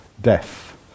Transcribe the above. death